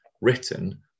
written